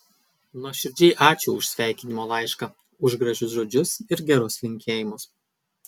nuoširdžiai ačiū už sveikinimo laišką už gražius žodžius ir gerus linkėjimus